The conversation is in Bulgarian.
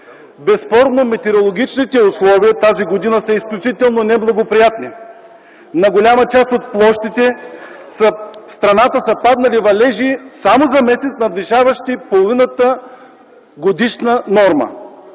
Безспорно метеорологичните условия тази година са изключително неблагоприятни. На голяма част от площите в страната са паднали валежи, само за месец надвишаващи половината годишна норма.